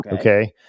Okay